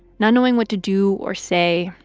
not knowing what to do or say,